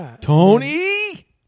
Tony